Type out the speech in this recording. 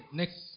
next